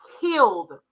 killed